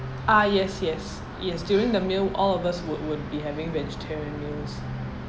ah yes yes yes during the meal all of us would would be having vegetarian meals